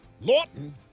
Lawton